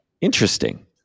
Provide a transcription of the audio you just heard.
Interesting